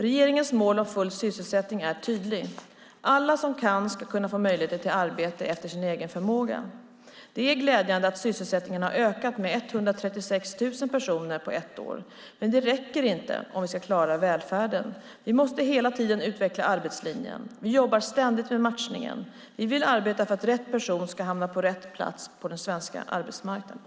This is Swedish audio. Regeringens mål om full sysselsättning är tydligt: Alla som kan ska kunna få möjlighet till arbete, efter sin egen förmåga. Det är glädjande att sysselsättningen har ökat med 136 000 personer på ett år, men det räcker inte om vi ska klara välfärden. Vi måste hela tiden utveckla arbetslinjen. Vi jobbar ständigt med matchningen. Vi vill arbeta för att rätt person ska hamna på rätt plats på den svenska arbetsmarknaden.